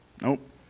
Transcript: Nope